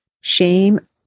shame